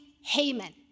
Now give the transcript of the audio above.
Haman